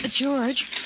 George